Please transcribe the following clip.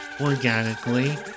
organically